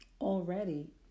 already